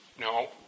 no